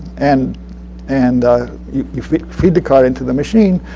and and you you feed feed the card into the machine.